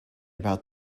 about